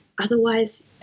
otherwise